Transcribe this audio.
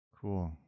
Cool